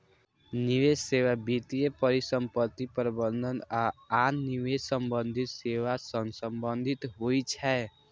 निवेश सेवा वित्तीय परिसंपत्ति प्रबंधन आ आन निवेश संबंधी सेवा सं संबंधित होइ छै